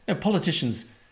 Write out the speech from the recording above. politicians